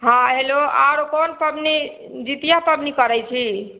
हँ हेलो आओर कोन पबनी जितिआ पबनी करैत छी